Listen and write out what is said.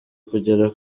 kugera